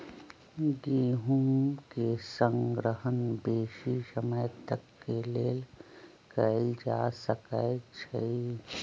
गेहूम के संग्रहण बेशी समय तक के लेल कएल जा सकै छइ